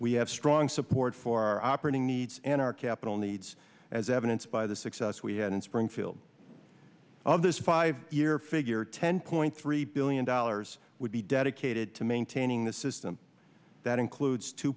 we have strong support for our operating needs and our capital needs as evidenced by the success we had in springfield of this five year figure ten point three billion dollars would be dedicated to maintaining the system that includes two